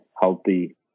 healthy